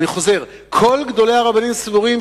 אני חוזר: כל גדולי הרבנים סבורים,